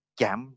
chạm